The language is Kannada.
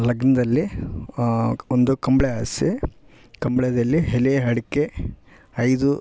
ಲಗ್ನದಲ್ಲಿ ಒಂದು ಕಂಬ್ಳಿ ಹಾಸಿ ಕಂಬ್ಳಿದಲ್ಲಿ ಎಲೆ ಅಡ್ಕೆ ಐದು